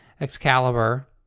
Excalibur